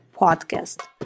podcast